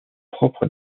propres